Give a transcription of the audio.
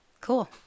Cool